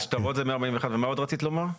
השטרות זה 141, ומה עוד רצית לומר?